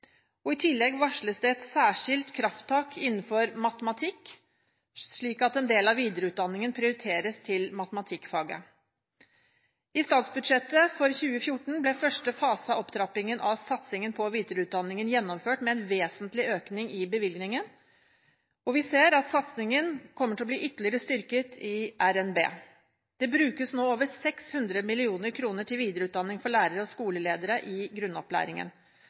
masterutdanning. I tillegg varsles det et særskilt krafttak innenfor matematikk, slik at en del av videreutdanningen prioriteres til matematikkfaget. I statsbudsjettet for 2014 ble første fase av opptrappingen av satsingen på videreutdanning gjennomført med en vesentlig økning i bevilgningen, og vi ser at satsingen kommer til å bli ytterligere styrket i revidert nasjonalbudsjett. Det brukes nå over 600 mill. kr til videreutdanning for lærere og skoleledere i grunnopplæringen.